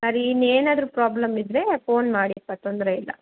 ಸರಿ ಇನ್ನೇನಾದ್ರೂ ಪ್ರಾಬ್ಲಮ್ ಇದ್ದರೆ ಫೋನ್ ಮಾಡಿಯಪ್ಪಾ ತೊಂದರೆ ಇಲ್ಲ